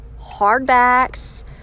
hardbacks